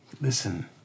Listen